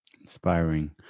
Inspiring